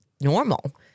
normal